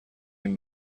این